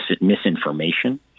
misinformation